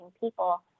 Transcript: people